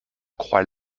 croix